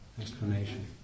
explanation